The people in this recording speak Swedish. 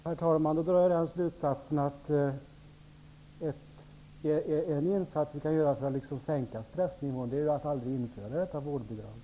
Herr talman! Då drar jag den slutsatsen att en insats för att sänka stressnivån vore att aldrig införa detta vårdbidrag.